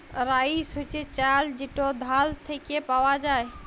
rice হছে চাল যেট ধাল থ্যাইকে পাউয়া যায়